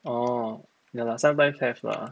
orh ya lah sometimes have lah